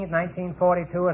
1942